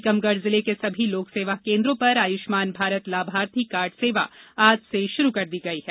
टीकमगढ़ जिले के सभी लोकसेवा केन्द्रों पर आयुषमान भारत लाभार्थी कार्ड सेवा आज से शुरू कर दी गई है